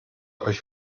euch